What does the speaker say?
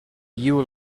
you